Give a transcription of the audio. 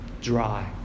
dry